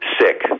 sick